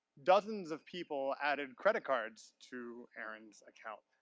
dozens of people added credit cards to aaron's account.